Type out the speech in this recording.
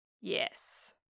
yes